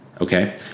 Okay